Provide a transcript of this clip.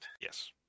Yes